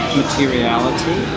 materiality